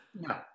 no